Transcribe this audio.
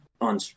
on